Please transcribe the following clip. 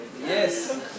Yes